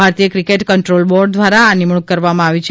ભારતીય cricket control board દ્વારા આ નિમણુંક કરવામાં આવી છે